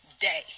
day